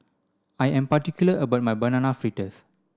I am particular about my banana fritters